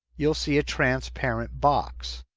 you'll see a transparent box.